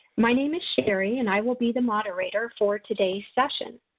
my name is sherri and i will be the moderator for today's session.